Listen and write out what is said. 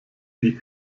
die